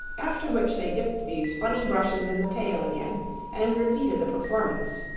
after which they dipped these funny brushes in the pail again and repeated the performance.